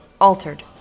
altered